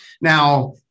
Now